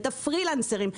את הפרילנסרים,